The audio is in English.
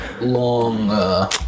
long